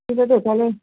ঠিক আছে তালে